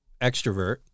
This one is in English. extrovert